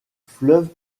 fleuve